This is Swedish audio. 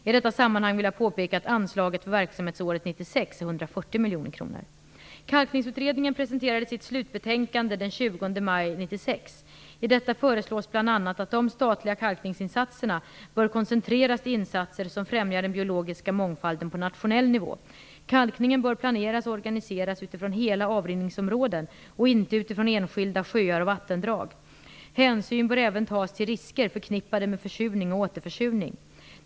I detta sammanhang vill jag påpeka att anslaget för verksamhetsåret Kalkningsutredningen presenterade sitt slutbetänkande den 20 maj 1996. I detta föreslås bl.a. att de statliga kalkningsinsatserna bör koncentreras till insatser som främjar den biologiska mångfalden på nationell nivå. Kalkningen bör planeras och organiseras utifrån hela avrinningsområden och inte utifrån enskilda sjöar och vattendrag. Hänsyn bör även tas till risker förknippade med försurning och återförsurning.